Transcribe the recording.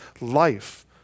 life